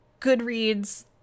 Goodreads